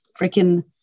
freaking